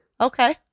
Okay